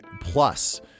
plus